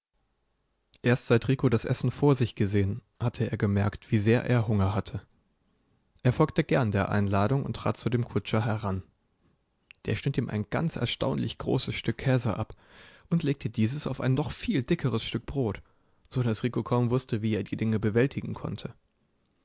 erst seit rico das essen vor sich gesehen hatte er gemerkt wie sehr er hunger hatte er folgte gern der einladung und trat zu dem kutscher heran der schnitt ihm ein ganz erstaunlich großes stück käse ab und legte dieses auf ein noch viel dickeres stück brot so daß rico kaum wußte wie er die dinge bewältigen konnte